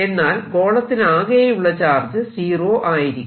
എന്നാൽ ഗോളത്തിലാകെയുള്ള ചാർജ് 0 ആയിരിയ്ക്കും